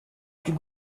plus